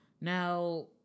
now